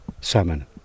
salmon